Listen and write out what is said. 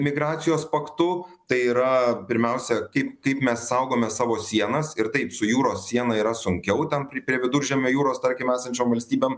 migracijos paktu tai yra pirmiausia kaip kaip mes saugome savo sienas ir taip su jūros siena yra sunkiau ten pri prie viduržemio jūros tarkim esančiom valstybėm